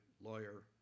lawyer